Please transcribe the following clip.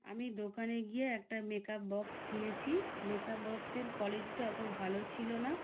আমি দোকানে গিয়ে একটা মেকআপ বক্স কিনেছি মেকআপ বক্সের কোয়ালিটিটা অত ভালো ছিল না